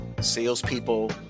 salespeople